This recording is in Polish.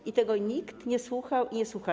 I tego nikt nie słuchał i nie słucha.